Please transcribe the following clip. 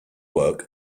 work